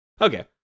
Okay